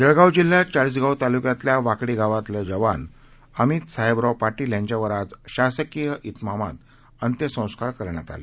जळगावजिल्ह्यातचाळीसगावतालुक्यातल्यावाकडीगावातलेजवानअमितसाहेबरावपाटीलयांच्यावरआजशासकीयात्रिमामातअंत्य संस्कारकरण्यातआले